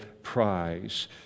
prize